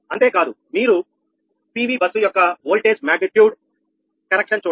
అంతే కాదు మీరు పివి బస్సు యొక్క ఓల్టేజ్ మాగ్నిట్యూడ్ కరెక్షన్ చూడాలి